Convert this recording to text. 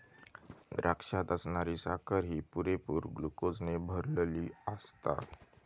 द्राक्षात असणारी साखर ही पुरेपूर ग्लुकोजने भरलली आसता